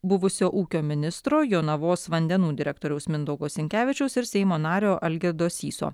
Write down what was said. buvusio ūkio ministro jonavos vandenų direktoriaus mindaugo sinkevičiaus ir seimo nario algirdo syso